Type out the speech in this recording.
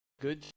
good